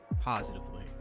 positively